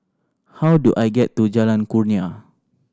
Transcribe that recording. how do I get to Jalan Kurnia